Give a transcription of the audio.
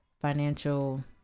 financial